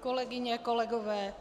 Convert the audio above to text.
Kolegyně, kolegové,